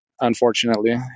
unfortunately